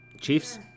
Chiefs